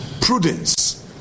prudence